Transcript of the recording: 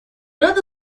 рады